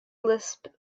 lisp